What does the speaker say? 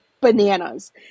bananas